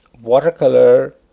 watercolor